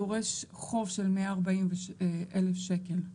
דורש חוב של 140,000 שקל,